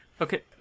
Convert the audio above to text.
Okay